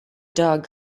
doug